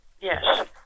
yes